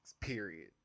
period